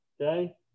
Okay